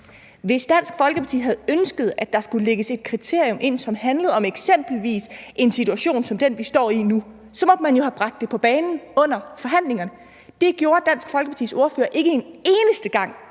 Hvis Dansk Folkeparti havde ønsket, at der skulle lægges et kriterium ind, som handlede om eksempelvis en situation som den, vi står i nu, måtte man jo have bragt det på banen under forhandlingerne. Dansk Folkepartis ordfører bragte det ikke en eneste gang